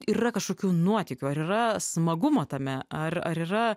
yra kažkokių nuotykių ar yra smagumo tame ar ar yra